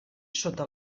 sota